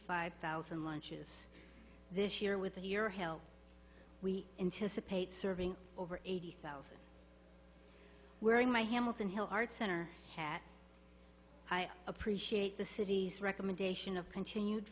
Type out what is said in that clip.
five thousand lunches this year with your help we anticipate serving over eighty thousand wearing my hamilton hill arts center that i appreciate the city's recommendation of continued